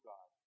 God